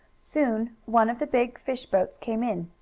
soon one of the big fish boats came in.